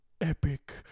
epic